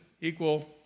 equal